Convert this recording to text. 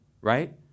right